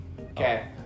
Okay